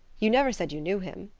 you never said you knew him.